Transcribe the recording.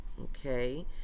okay